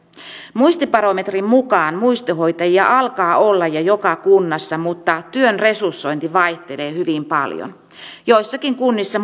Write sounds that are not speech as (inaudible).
muistibarometrin mukaan muistihoitajia alkaa olla jo joka kunnassa mutta työn resursointi vaihtelee hyvin paljon joissakin kunnissa (unintelligible)